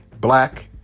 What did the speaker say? black